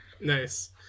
Nice